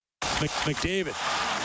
McDavid